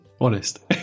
honest